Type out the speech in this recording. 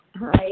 Hi